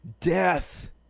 death